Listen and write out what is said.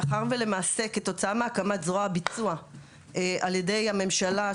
מאחר ולמעשה כתוצאה מהקמת זרוע ביצוע על ידי הממשלה,